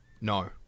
no